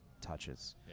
touches